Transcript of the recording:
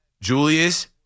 Julius